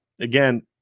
Again